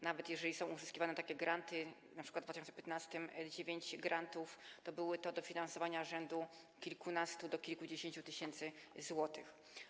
Nawet jeżeli są uzyskiwane takie granty, np. w 2015 r. dziewięć grantów, to były to dofinansowania rzędu od kilkunastu do kilkudziesięciu tysięcy złotych.